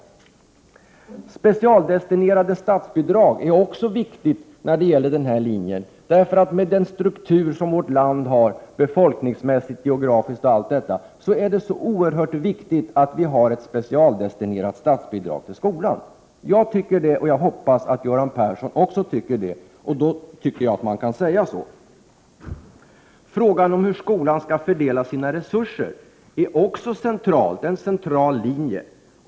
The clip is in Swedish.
Specialdestinerat statsbidrag är också viktigt när det gäller den här linjen. På grund av den struktur som vårt land har befolkningsmässigt, geografiskt osv. är det oerhört viktigt att vi har specialdestinerat statsbidrag till skolan. Jag hoppas att Göran Persson också tycker det, och då tycker jag att man kan säga så. Frågan om hur skolan skall fördela sina resurser är också central — det 79 gäller en central linje.